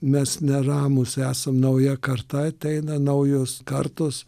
mes neramūs esam nauja karta ateina naujos kartos